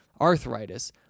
arthritis